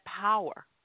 power